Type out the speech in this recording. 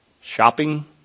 shopping